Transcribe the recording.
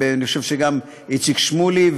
ואני חושב שגם איציק שמולי,